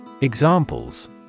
Examples